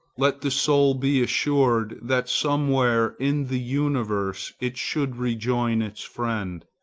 let the soul be assured that somewhere in the universe it should rejoin its friend,